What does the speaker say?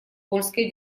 польская